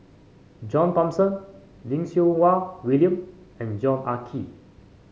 John Thomson Lim Siew Wai William and Yong Ah Kee